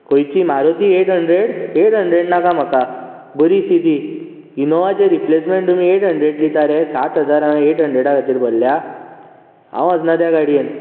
खंयची Maruti eight hundred eight hundred नाका म्हाका बरीशी दी इनोवाचें रिप्लेसमॅण्ट तुमी एठ हंड्रेड दिता रे सात हजार हांवें एठ हंड्रेडा खातीर भरल्या हांव वचना त्या गाड्येंत